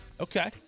Okay